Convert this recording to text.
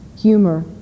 humor